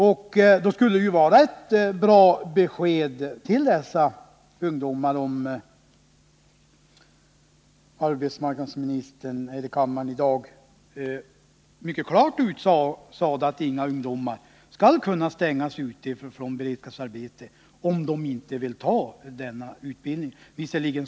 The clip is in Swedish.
Det skulle vara ett bra besked till dessa ungdomar, om arbetsmarknadsministern här i kammaren i dag mycket klart utsade att inga ungdomar skall kunna Nr 141 stängas ute från beredskapsarbeten, om de inte vill ha den utbildning som kommer att anordnas.